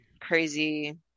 crazy